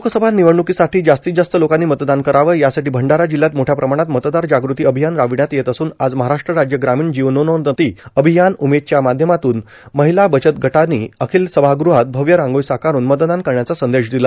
लोकसभा निवडणूकांसाठी जास्तीत जास्त लोकांनी मतदान करावं यासाठी भंडारा जिल्हयात मोठया प्रमाणात मतदार जाग़ती र्आभयान रार्बावण्यात येत असून आज महाराष्ट राज्य ग्रामीण जिवनोन्जती र्आभयान उमेदच्या माध्यमातून र्माहला बचत गटांनी र्आखल सभागृहात भव्य रांगोळी साकारुन मतदान करण्याचा संदेश र्दिला